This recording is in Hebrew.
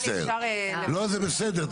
זה בסדר.